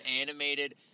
animated